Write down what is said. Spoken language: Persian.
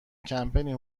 کمپینی